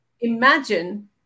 Imagine